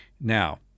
Now